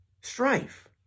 strife